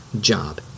job